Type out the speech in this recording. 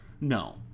no